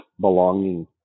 belonging